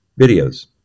videos